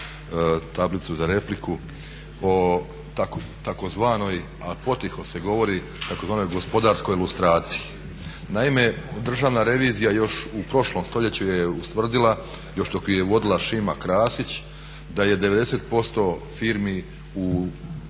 tablicu za repliku, o tzv. a potiho se govori, tzv. gospodarskoj lustraciji. Državna revizija još u prošlom stoljeću je ustvrdila, još dok ju je vodila Šima Krasić da je 90% firmi u